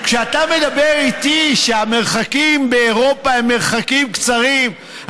כשאתה אומר לי שהמרחקים באירופה הם מרחקים קצרים,